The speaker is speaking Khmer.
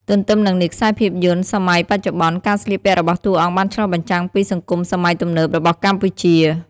ទន្ទឹមនឹងនេះខ្សែភាពយន្តសម័យបច្ចុប្បន្ន ការស្លៀកពាក់របស់តួអង្គបានឆ្លុះបញ្ចាំងពីសង្គមសម័យទំនើបរបស់កម្ពុជា។